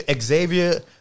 Xavier